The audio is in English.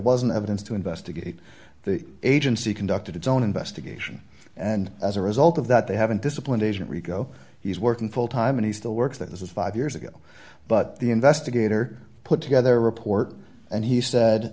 wasn't evidence to investigate the agency conducted its own investigation and as a result of that they haven't disciplined agent rico he's working full time and he still works that this is five years ago but the investigator put together a report and he said